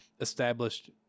established